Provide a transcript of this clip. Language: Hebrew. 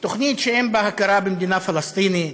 תוכנית שאין בה הכרה במדינה פלסטינית,